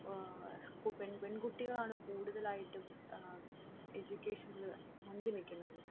പെൺകുട്ടികളാണ് കൂടുതലായിട്ടും എഡ്യൂക്കേഷനിൽ മുൻപിൽ നിൽക്കുന്നത്